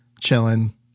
chilling